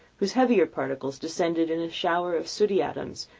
whose heavier particles descended in a shower of sooty atoms,